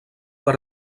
per